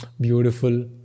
beautiful